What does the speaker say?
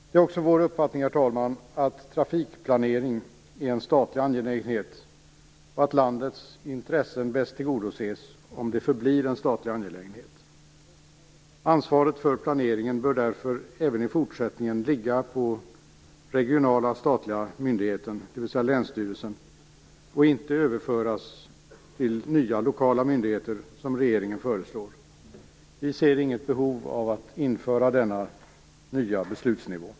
Det är också vår uppfattning, herr talman, att trafikplanering är en statlig angelägenhet och att landets intressen bäst tillgodoses om den också förblir en statlig angelägenhet. Ansvaret för planeringen bör därför även i fortsättningen ligga på den regionala statliga myndigheten, dvs. länsstyrelsen, och inte överföras till nya lokala myndigheter som regeringen föreslår. Vi ser inget behov av att införa denna nya beslutsnivå.